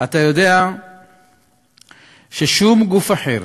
אתה יודע ששום גוף אחר,